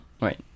Right